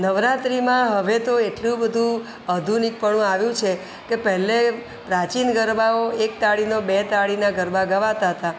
નવરાત્રિમાં હવે તો એટલું બધું આધુનિકપણું આવ્યું છે કે પહેલે પ્રાચીન ગરબાઓ એક તાળીનો બે તાળીના ગરબા ગવાતા હતા